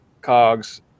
cogs